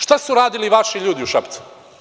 Šta su uradili vaši ljudi u Šapcu?